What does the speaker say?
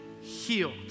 healed